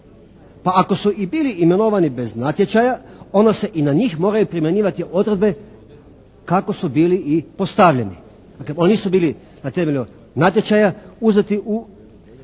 Pa ako su i bili imenovani bez natječaja onda se i na njih moraju primjenjivati odredbe kako su bili i postavljeni. Dakle, oni nisu bili na temelju natječaja uzeti u